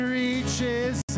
reaches